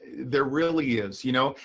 there really is, you know.